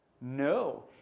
No